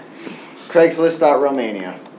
Craigslist.Romania